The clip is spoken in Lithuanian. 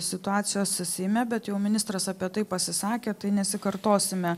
situacijos seime bet jau ministras apie tai pasisakė tai nesikartosime